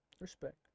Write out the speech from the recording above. Respect